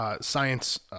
science